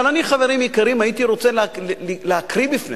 אבל אני, חברים יקרים, הייתי רוצה להקריא לפניכם,